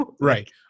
right